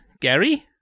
Gary